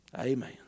amen